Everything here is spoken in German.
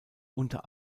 unter